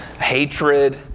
hatred